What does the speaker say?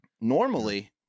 Normally